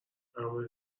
امر